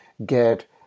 get